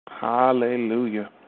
Hallelujah